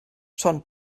són